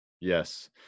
Yes